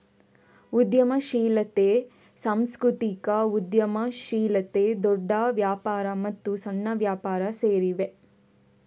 ಉದ್ಯಮಶೀಲತೆ, ಸಾಂಸ್ಕೃತಿಕ ಉದ್ಯಮಶೀಲತೆ, ದೊಡ್ಡ ವ್ಯಾಪಾರ ಮತ್ತು ಸಣ್ಣ ವ್ಯಾಪಾರ ಸೇರಿವೆ